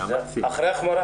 זה המקסימום.